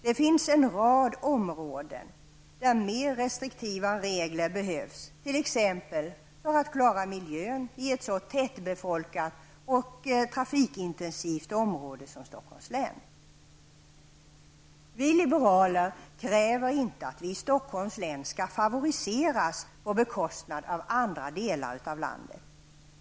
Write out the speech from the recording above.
Det finns en rad områden där mer restriktiva regler behövs, t.ex. för att klara miljön i ett så tättbefolkat och trafikintensivt område som Vi liberaler kräver inte att vi i Stockholms län skall favoriseras framför andra delar av landet.